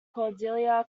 cordelia